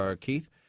Keith